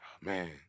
Man